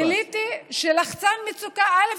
גיליתי שלחצן מצוקה, א.